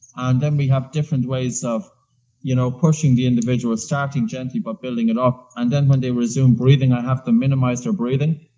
and then we have different ways of you know pushing the individual starting gently but building it up. and then when they resume breathing i have to minimize their breathing,